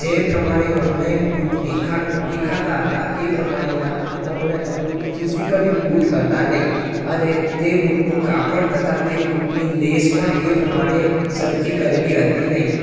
જે પ્રમાણે online boot દેખાડ દેખાતા હતા એ પ્રમાણેના ઓનલાઈ ફિઝીકલી બૂટ હતા નહીં અને તે બૂટનું કાપડ તથા તે બૂટની લેસ પણ એ પ્રમાણે સરખી કરેલી હતી નહીં